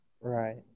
Right